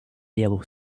yellow